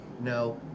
No